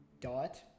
dot